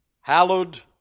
hallowed